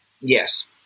yes